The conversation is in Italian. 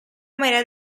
maria